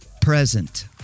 present